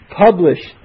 published